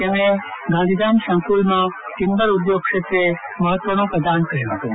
તેમને ગાંધીધામ સંકુલમાં ટીમ્બર ઉદ્યોગ ક્ષેત્રે મહત્વનું પ્રદાન કર્યું હતું